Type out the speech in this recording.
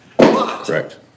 correct